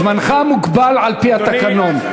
זמנך מוגבל על-פי התקנון.